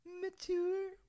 Mature